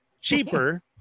cheaper